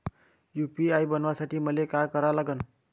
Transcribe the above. UPI बनवासाठी मले काय करा लागन?